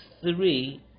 three